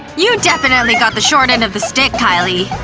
you definitely got the short end of the stick, kylie.